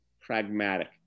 pragmatic